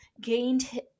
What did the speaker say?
gained